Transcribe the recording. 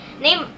name